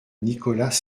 nicolas